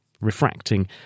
refracting